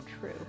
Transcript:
true